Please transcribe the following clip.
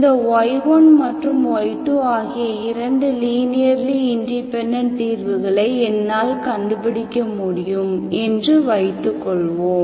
இந்த y1 மற்றும் y2 ஆகிய இரண்டு லீனியர்லி இண்டிபெண்டெண்ட் தீர்வுகளை என்னால் கண்டுபிடிக்க முடியும் என்று வைத்துக் கொள்வோம்